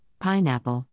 Pineapple